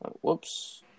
Whoops